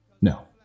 No